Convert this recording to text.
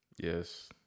Yes